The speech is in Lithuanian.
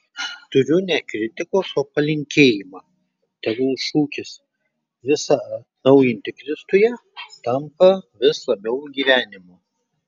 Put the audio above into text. turiu ne kritikos o palinkėjimą tegul šūkis visa atnaujinti kristuje tampa vis labiau gyvenimu